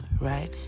right